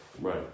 Right